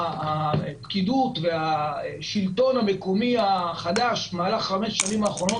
הפקידות והשלטון המקומי החדש במהלך חמש השנים האחרונות,